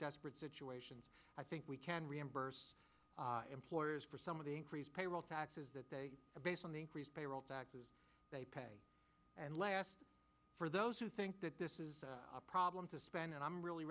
desperate situations i think we can reimburse employers for some of the increase payroll taxes that they have based on the increase payroll taxes they pay and less for those who think that this is a problem to spend and i'm really